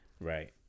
Right